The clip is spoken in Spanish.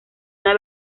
una